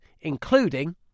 including